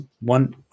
one